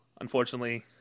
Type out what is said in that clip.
unfortunately